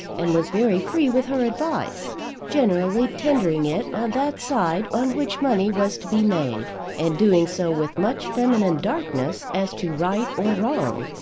and was very free with her advice generally tendering it on that side on which money was to be made, and doing so with much feminine darkness as to right or wrong.